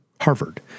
Harvard